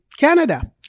Canada